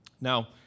Now